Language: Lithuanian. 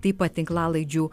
taip pat tinklalaidžių